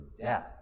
death